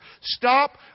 Stop